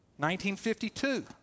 1952